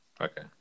Okay